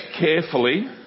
carefully